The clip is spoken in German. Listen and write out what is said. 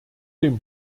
dem